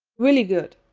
really good!